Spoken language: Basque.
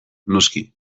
noski